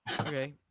okay